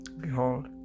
behold